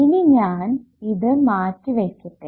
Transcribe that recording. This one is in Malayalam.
ഇനി ഞാൻ ഇത് മാറ്റി വയ്ക്കട്ടെ